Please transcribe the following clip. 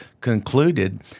concluded